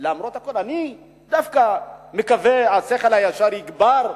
אני דווקא מקווה שהשכל הישר יגבר,